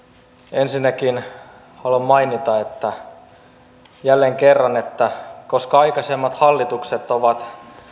ensinnäkin haluan mainita jälleen kerran että koska aikaisemmat hallitukset ovat